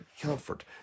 comfort